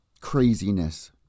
craziness